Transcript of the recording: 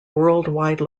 worldwide